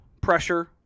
pressure